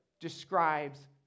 describes